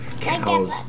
cows